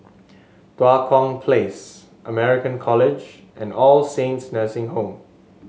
Tua Kong Place American College and All Saints Nursing Home